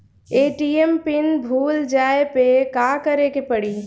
ATM pin भूल जाए पे का करे के पड़ी?